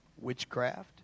witchcraft